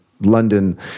London